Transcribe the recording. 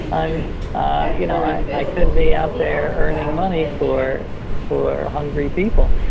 um ah you know i i could be out there earning money for for hungry people.